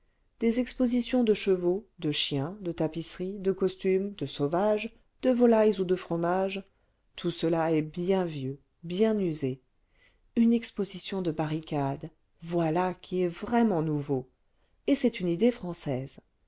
des expositions de chevaux de chiens de tapisseries de costumes de sauvages de volailles ou de fromages tout cela est bien vieux bien usé une exposition de barricades voilà qui est vraiment nouveau et c'est une idée française